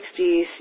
60s